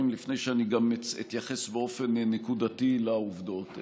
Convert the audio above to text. לפני שאני אתייחס באופן נקודתי לעובדות.